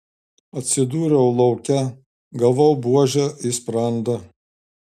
atsidūriau lauke gavau buože į sprandą